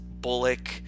Bullock